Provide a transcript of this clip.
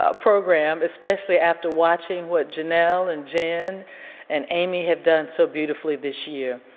ah program especially after watching what janelle and jen and amy have done so beautifully this year,